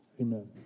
Amen